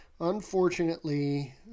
Unfortunately